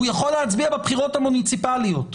הוא יכול להצביע בבחירות המוניציפליות,